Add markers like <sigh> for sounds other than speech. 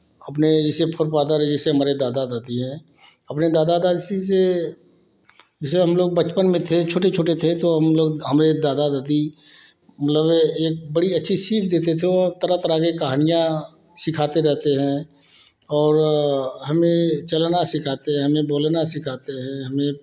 अपने जैसे <unintelligible> दादा दादी हैं अपने दादा दादी से जैसे हम लोग बचपन में थे छोटे छोटे थे तो हम लोग हमारे दादा दादी मतलब एक बड़ी अच्छी सीख देते थे और तरह तरह के कहानियाँ सिखाते रहते हैं और हमें चलना सिखाते हैं हमें बोलना सिखाते हैं हमें